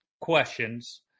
questions